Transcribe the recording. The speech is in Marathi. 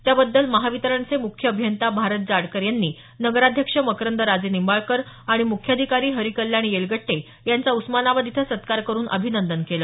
त्याबद्दल महावितरणचे मुख्य अभियंता भारत जाडकर यांनी नगराध्यक्ष मकरंद राजेनिंबाळकर आणि मुख्याधिकारी हरिकल्यान येलगट्टे यांचा उस्मानाबाद इथं सत्कार करुन अभिनंदन केलं